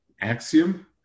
axiom